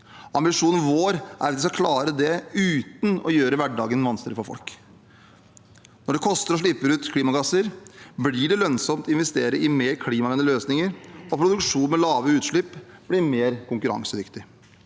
Ambisjonen vår er at vi skal klare det uten å gjøre hverdagen vanskeligere for folk. Når det koster å slippe ut klimagasser, blir det lønnsomt å investere i mer klimavennlige løsninger, og produksjon med lave utslipp blir mer konkurransedyktig.